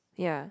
ya